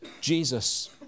Jesus